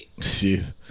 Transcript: Jeez